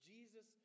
Jesus